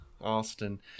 Austin